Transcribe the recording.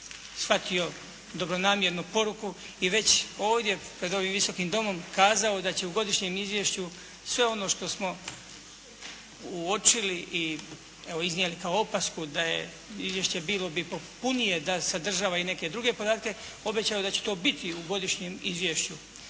shvatio dobronamjernu poruku i već ovdje pred ovim Visokim domom kazao da će u godišnjem Izvješću sve ono što smo uočili i evo iznijeli kao opasku da je Izvješće bilo bi potpunije da sadržava i neke druge podatke obećao je da će to biti u godišnjem Izvješću.